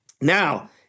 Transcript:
Now